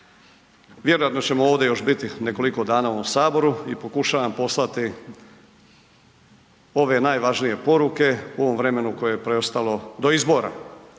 Vjerojatno ćemo ovdje još biti nekoliko dana u ovome saboru i pokušavam poslati ove najvažnije poruke u ovom vremenu koje je preostalo do izbora.